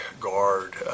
guard